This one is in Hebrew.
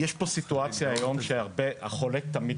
יש פה סיטואציה שבה החולה תמיד